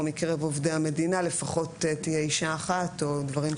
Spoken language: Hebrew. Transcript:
מקרב עובדי המדינה לפחות תהיה אישה אחת או דברים כאלה.